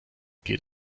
geht